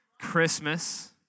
Christmas